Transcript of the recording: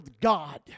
God